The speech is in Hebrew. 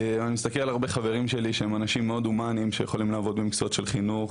אני מסתכל על הרבה מאוד אנשים --- לעבוד במקצועות של חינוך,